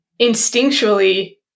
instinctually